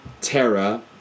Terra